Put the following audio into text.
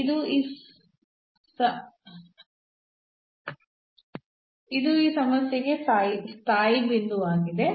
ಇದು ಈ ಸಮಸ್ಯೆಗೆ ಸ್ಥಾಯಿ ಬಿಂದುವಾಗಿದೆ